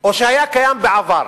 או שהיה קיים בעבר